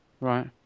right